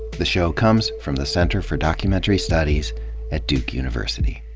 the show comes from the center for documentary studies at duke university